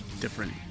different